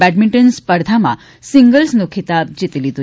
badminton સ્પર્ધામાં સીંગલ્સનો ખીતાબ જીતી લીધો